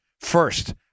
First